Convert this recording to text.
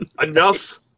enough